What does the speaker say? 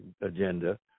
agenda